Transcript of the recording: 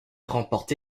remporte